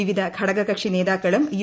വിവിധ ഘടക കക്ഷി നേതാക്കളും യു